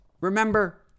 Remember